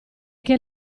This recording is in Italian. che